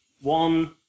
One